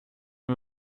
mir